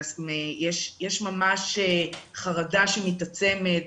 יש חרדה שמתעצמת.